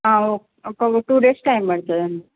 హా ఒక్కో ఒక్క టూ డేస్ టైమ్ పడుతుంది అండి